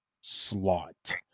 slot